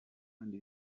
kandi